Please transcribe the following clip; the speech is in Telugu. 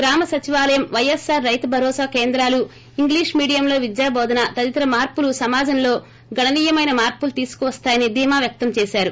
గ్రామ సచివాలయం వైఎస్పార్ రైతు భరోసా కేంద్రాలు ఇంగ్లిష్ మీడియంలో విద్యాబోధన తదితర మార్పులు సమాజంలో గణనీయమైన మార్పులు తీసుకోస్తాయని ధీమా వ్యక్తం చేసారు